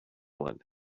one